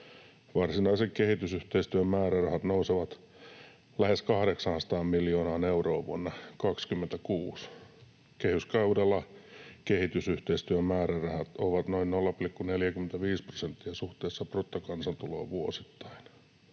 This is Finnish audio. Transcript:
Varsinaiset kehitysyhteistyömäärärahat nousevat lähes 800 miljoonaan euroon vuonna 26. Kehyskaudella kehitysyhteistyömäärärahat ovat noin 0,45 prosenttia suhteessa bruttokansantuloon vuosittain.”